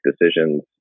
decisions